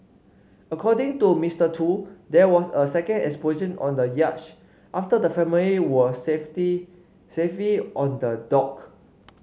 according to Mister Tu there was a second explosion on the yacht after the family were safety safely on the dock